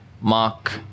Mark